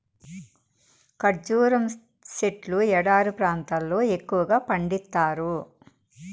ఖర్జూరం సెట్లు ఎడారి ప్రాంతాల్లో ఎక్కువగా పండిత్తారు